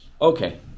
Okay